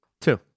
two